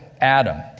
Adam